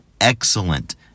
excellent